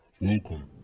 Welcome